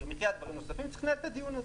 מחייה ודברים נוספים וצריך לנהל את הדיון הזה.